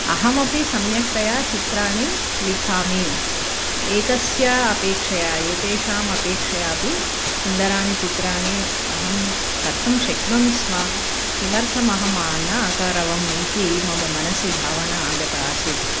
अहमपि सम्यक्तया चित्राणि लिखामि एतस्य अपेक्षया एतेषाम् अपेक्षया अपि सुन्दराणि चित्राणि अहं कर्तुं शक्नोमि स्म किमर्थम् अहं न अकरवम् इति मम मनसि भावना आगता आसीत्